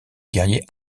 guerriers